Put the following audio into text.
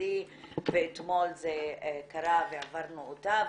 הממשלתי ואתמול זה קרה והעברנו אותה.